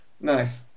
Nice